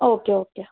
okay okay